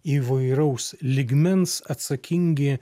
įvairaus lygmens atsakingi